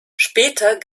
später